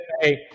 Hey